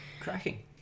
Cracking